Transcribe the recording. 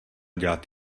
dělat